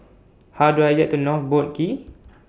How Do I get to North Boat Quay